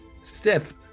Stiff